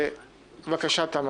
את רוצה לשאול, איילת?